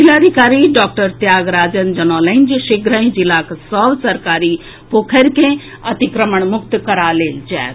जिलाधिकारी डॉक्टर त्यागराजन जनौलनि जे शीघ्रहि जिलाक सभ सरकारी पोखरि के अतिक्रमण मुक्त करा लेल जायत